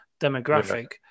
demographic